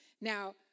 Now